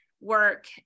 work